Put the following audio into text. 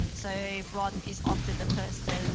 so, bron is often the person,